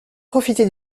profité